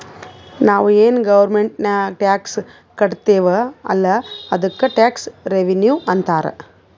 ನಾವು ಏನ್ ಗೌರ್ಮೆಂಟ್ಗ್ ಟ್ಯಾಕ್ಸ್ ಕಟ್ತಿವ್ ಅಲ್ಲ ಅದ್ದುಕ್ ಟ್ಯಾಕ್ಸ್ ರೆವಿನ್ಯೂ ಅಂತಾರ್